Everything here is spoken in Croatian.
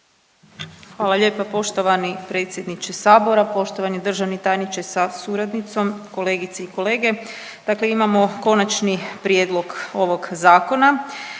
Hvala lijepa poštovani predsjedniče Hrvatskog sabora. Poštovani državni tajniče sa suradnicom, kolegice i kolege. Ovim izmjenama i dopunama Zakona